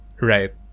right